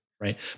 right